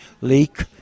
leak